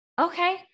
Okay